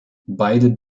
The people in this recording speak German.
beide